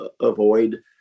avoid